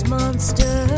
monster